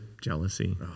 jealousy